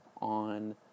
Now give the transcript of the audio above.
on